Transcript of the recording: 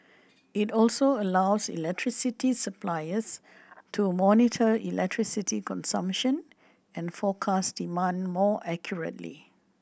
it also allows electricity suppliers to monitor electricity consumption and forecast demand more accurately